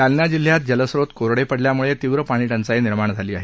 जालना जिल्ह्यात जलस्त्रोत कोरडे पडल्यामुळे तीव्र पाणीटंचाई निर्माण झाली आहे